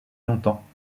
longtemps